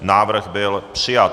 Návrh byl přijat.